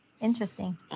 interesting